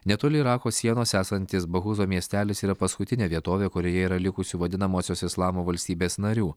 netoli irako sienos esantis bahuzo miestelis yra paskutinė vietovė kurioje yra likusių vadinamosios islamo valstybės narių